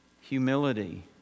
humility